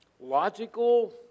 logical